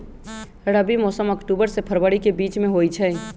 रबी मौसम अक्टूबर से फ़रवरी के बीच में होई छई